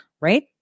right